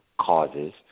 causes